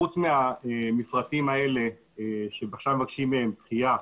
חוץ מהמפרטים האלה שעכשיו מבקשים להם דחייה,